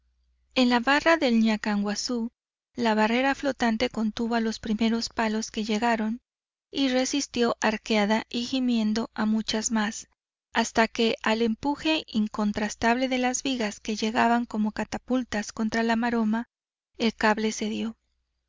en la barra del ñacanguazú la barrera flotante contuvo a los primeros palos que llegaron y resistió arqueada y gimiendo a muchas más hasta que al empuje incontrastable de las vigas que llegaban como catapultas contra la maroma el